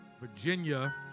Virginia